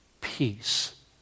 peace